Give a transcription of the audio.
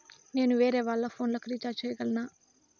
నేను వేరేవాళ్ల ఫోను లకు రీచార్జి సేయగలనా?